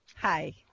Hi